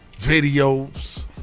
Videos